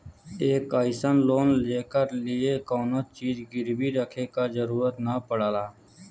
एक अइसन लोन जेकरे लिए कउनो चीज गिरवी रखे क जरुरत न पड़ला